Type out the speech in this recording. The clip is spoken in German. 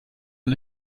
und